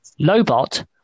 Lobot